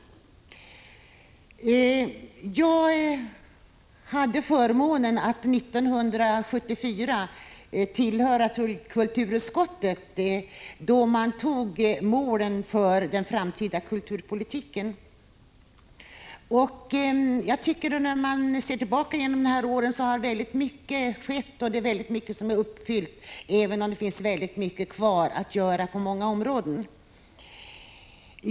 1985/86:128 Jag hade förmånen att 1974 tillhöra kulturutskottet, då målen för den 25 april 1986 framtida kulturpolitiken antogs. När man ser tillbaka på de gångna åren kan man säga att väldigt mycket har hänt och att väldigt mycket har uppfyllts, även om det finns mycket kvar att göra på många områden.